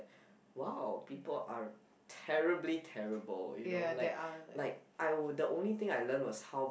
!wow! people are terribly terrible you know like like I the only thing I learned was how